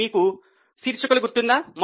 మీకు శీర్షికలు గుర్తుందా